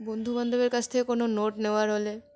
বন্ধু বান্ধবের কাছ থেকে কোনো নোট নেওয়ার হলে